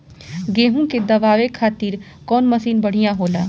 गेहूँ के दवावे खातिर कउन मशीन बढ़िया होला?